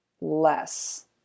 Less